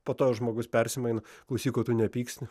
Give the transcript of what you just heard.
po to žmogus persimaino klausyk o tu nepyksti